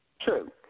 True